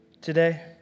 today